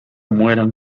mueran